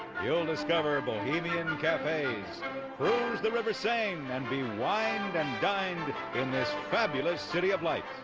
you'll discover bohemian and cafes, cruise the river seine, and be wined and dined in this fabulous city of lights.